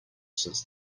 since